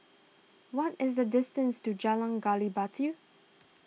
what is the distance to Jalan Gali Batu